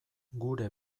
gure